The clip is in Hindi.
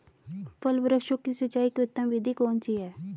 फल वृक्षों की सिंचाई की उत्तम विधि कौन सी है?